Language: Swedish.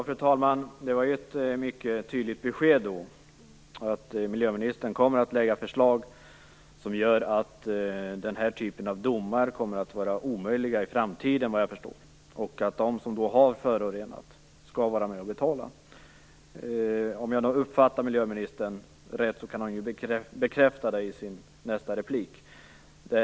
Fru talman! Det var ett mycket tydligt besked att miljöministern kommer att lägga fram förslag som gör att den här typen av domar kommer att vara omöjliga i framtiden, vad jag förstår, och att de som har förorenat skall vara med och betala. Om jag har uppfattat miljöministern rätt kan hon ju bekräfta det i sitt nästa anförande.